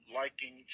liking